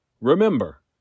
Remember